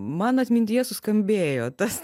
man atmintyje suskambėjo tas